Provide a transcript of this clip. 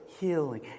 healing